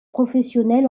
professionnel